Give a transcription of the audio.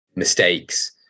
mistakes